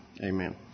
Amen